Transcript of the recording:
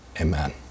Amen